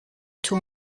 two